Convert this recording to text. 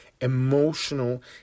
emotional